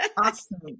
Awesome